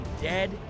dead